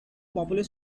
popular